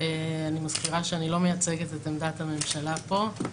אני מזכירה שאני לא מייצגת את עמדת הממשלה פה.